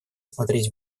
смотреть